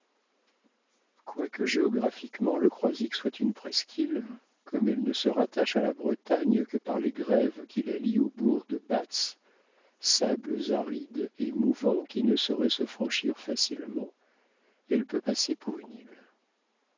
quoique géographiquement le croisic soit une presqu'île comme elle ne se rattache à la bretagne que par les grèves qui la lient au bourg de batz sables arides et mouvants qui ne sauraient se franchir facilement elle peut passer pour une île